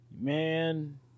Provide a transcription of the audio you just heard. Man